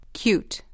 cute